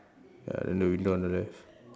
ya then the window on the left